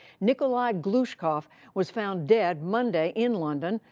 nikolai glushkov was found dead monday in london,